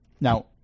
Now